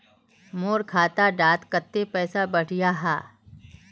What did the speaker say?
मोर खाता डात कत्ते पैसा बढ़ियाहा?